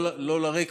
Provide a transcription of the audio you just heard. לא לריק,